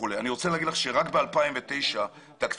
אני רוצה לומר לך שרק ב-2009 תקציב